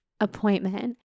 appointment